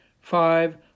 Five